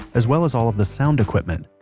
as well as all of the sound equipment.